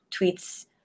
tweets